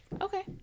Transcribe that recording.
okay